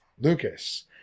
Lucas